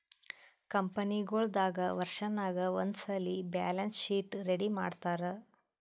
ಕಂಪನಿಗೊಳ್ ದಾಗ್ ವರ್ಷನಾಗ್ ಒಂದ್ಸಲ್ಲಿ ಬ್ಯಾಲೆನ್ಸ್ ಶೀಟ್ ರೆಡಿ ಮಾಡ್ತಾರ್